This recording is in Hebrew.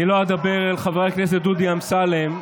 אני לא אדבר על חבר הכנסת דודי אמסלם,